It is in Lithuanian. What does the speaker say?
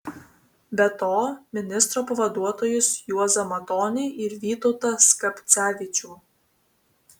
be to ministro pavaduotojus juozą matonį ir vytautą skapcevičių